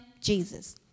Jesus